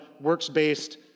works-based